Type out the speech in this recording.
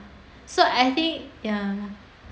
so I think ya